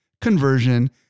conversion